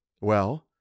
Well